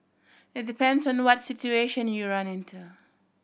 it depends on what situation you run into